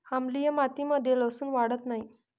आम्लीय मातीमध्ये लसुन वाढत नाही